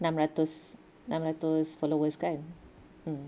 enam ratus enam ratus followers kan mm